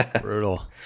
brutal